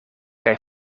kaj